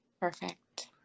perfect